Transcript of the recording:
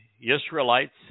Israelites